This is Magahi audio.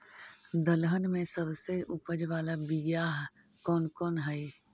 दलहन में सबसे उपज बाला बियाह कौन कौन हइ?